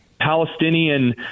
Palestinian